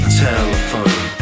telephone